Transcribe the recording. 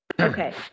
Okay